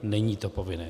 Není to povinné.